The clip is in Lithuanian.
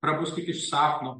prabuskit iš sapno